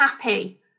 happy